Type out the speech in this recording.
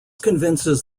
convinces